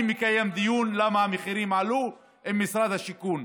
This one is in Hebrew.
אני מקיים דיון למה המחירים עלו, עם משרד השיכון.